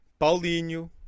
Paulinho